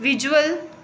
visual